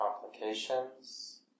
complications